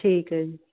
ਠੀਕ ਹੈ ਜੀ